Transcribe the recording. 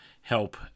help